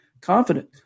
confident